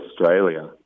Australia